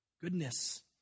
Goodness